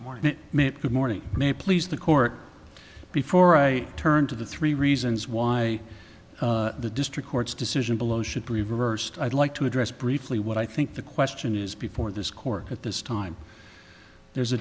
good morning may please the court before i turn to the three reasons why the district court's decision below should be reversed i'd like to address briefly what i think the question is before this court at this time there's a